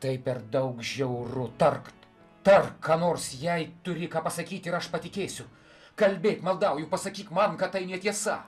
tai per daug žiauru tark tark ką nors jei turi ką pasakyti ir aš patikėsiu kalbėk maldauju pasakyk man kad tai netiesa